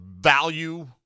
value